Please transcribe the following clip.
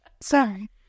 sorry